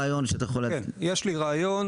יש לך רעיון?